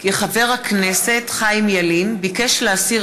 כי חבר הכנסת חיים ילין ביקש להסיר